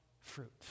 fruit